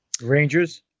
Rangers